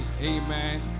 Amen